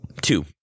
Two